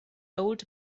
old